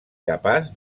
capaç